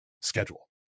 schedule